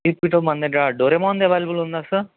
ఈక్విటో మన దగ్గర డోరామాన్ది అవైలబుల్ ఉందా సార్